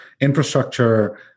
infrastructure